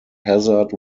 hazard